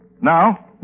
Now